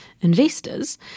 investors